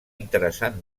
interessant